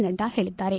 ನಡ್ಡಾ ಹೇಳಿದ್ದಾರೆ